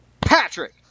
Patrick